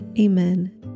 Amen